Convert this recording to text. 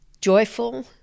joyful